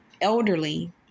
elderly